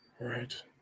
Right